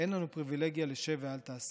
אין לנו פריבילגיה של "שב ואל תעשה".